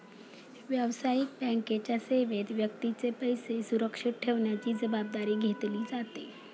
व्यावसायिक बँकेच्या सेवेत व्यक्तीचे पैसे सुरक्षित ठेवण्याची जबाबदारी घेतली जाते